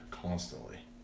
Constantly